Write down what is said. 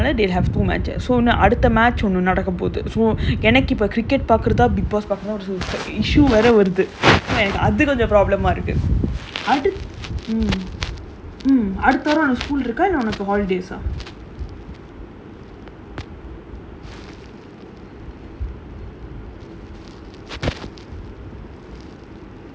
அதான் ஒரே எத்து:athaan orae ethu concentrate பண்ணக்கூடாது நம்ம பண்றது வந்து பிரிச்சு பிரிச்சு பிரிச்சு படிக்கனும் செம்ம:pannakoodathu namma pandrathu vanthu pirichu pirichu pirichu padikkanum semma comedy eh அது கூட பரவா இல்ல இன்னைக்கு வந்து ரெண்டு:athu kooda paravaa illa innaikku vanthu rendu match இன்னைக்கு ஏன்னா:innaikku yaennaa weekends they have two matches so ஒன்னு அடுத்த:onnu adutha match ஒன்னு நடக்க போகுது:onnu nadakka poguthu so எனக்கு இப்ப:enakku ippa cricket பாக்குறத:paakkuratha bigg boss பாக்குறத ஒரு:paakkuratha oru issue வேற வருது:vera varuthu so அது கொஞ்சம்:athu konjam problem ah இருக்கு:irukku